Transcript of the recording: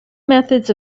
methods